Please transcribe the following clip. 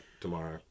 tomorrow